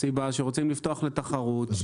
רוצים לפתוח לתחרות.